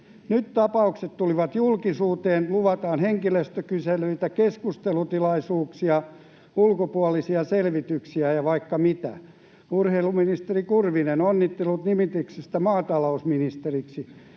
Nyt tapaukset tulivat julkisuuteen, luvataan henkilöstökyselyitä, keskustelutilaisuuksia, ulkopuolisia selvityksiä ja vaikka mitä. Urheiluministeri Kurvinen, onnittelut nimityksestä maatalousministeriksi,